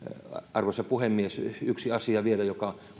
arvoisa puhemies yksi asia vielä joka